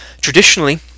Traditionally